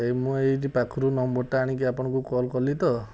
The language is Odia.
ଏଇ ମୁଁ ଏଇଠି ପାଖରୁ ନମ୍ବରଟା ଆଣିକି ଆପଣଙ୍କୁ କଲ୍ କଲି ତ